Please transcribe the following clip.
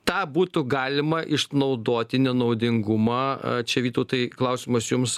tą būtų galima išnaudoti nenaudingumą čia vytautai klausimas jums